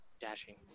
Dashing